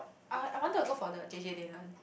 I I wanted to go for the J_J-Lin one